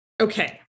okay